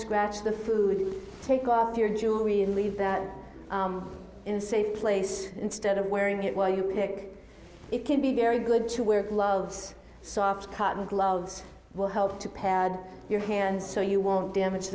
scratch the food take off your jewelry leave in a safe place instead of wearing it while you pick it can be very good to wear gloves soft cotton gloves will help to pad your hands so you won't damage